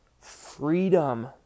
freedom